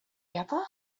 together